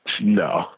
No